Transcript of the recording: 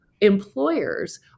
employers